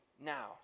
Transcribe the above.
now